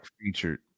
featured